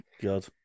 God